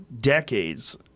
decades